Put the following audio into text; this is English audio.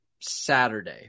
Saturday